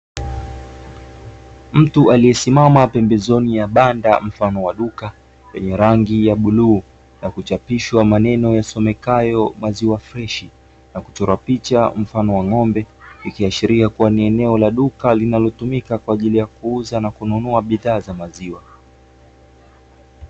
Mtu aliyesimama pembezoni ya banda mfano wa duka, lenye rangi ya bluu na kuchapishwa maneno yasomekayo "maziwa freshi" na kuchorwa picha mfano wa ng'ombe, ikiashiria kuwa ni eneo la duka linalotumika kwa ajili ya kuuza na kununua bidhaa za maziwa.